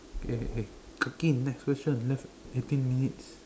K K K quickly next question left eighteen minutes